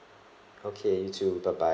okay you too bye bye